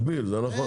זה מקביל, זה נכון.